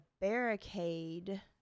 barricade